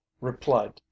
replied